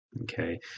Okay